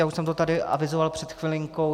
Už jsem to tady avizoval před chvilinkou.